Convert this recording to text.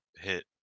hit